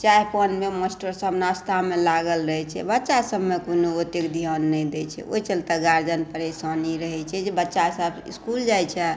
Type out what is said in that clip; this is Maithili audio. चाय पानमे मास्टर सभ नाश्तामे लागल रहै छै बच्चा सभमे कोनो ओतेक ध्यान नहि दै छै ओहि चलते गार्जिअन परेशानी रहै छै जे बच्चा सभ इसकुल जाइ छै